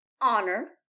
honor